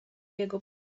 jego